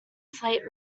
slate